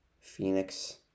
Phoenix